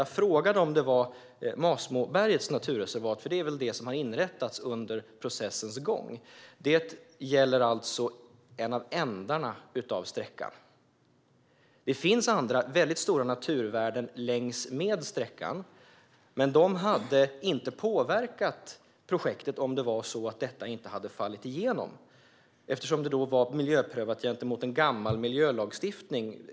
Jag frågade om det var Masmobergets naturreservat. Det är väl det som har inrättats under processens gång. Det gäller alltså en av ändarna av sträckan. Det finns andra väldigt stora naturvärden längs med sträckan. Men de hade inte påverkat projektet om det var så att det inte hade fallit igenom. Det var miljöprövat gentemot en gammal miljölagstiftning.